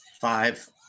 five